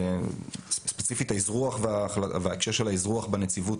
ספציפית האזרוח וההקשר של האזרוח בנציבות,